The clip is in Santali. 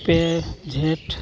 ᱯᱮᱸ ᱡᱷᱮᱸᱴ